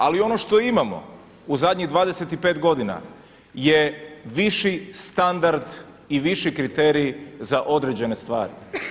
Ali ono što imamo u zadnjih 25 godina je viši standard i viši kriterij za određene stvari.